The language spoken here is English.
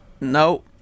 No